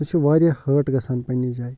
سُہ چھُ واریاہ ہٲٹ گَژھان پنٛنہٕ جاے